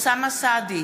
אוסאמה סעדי,